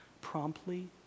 promptly